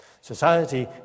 Society